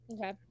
okay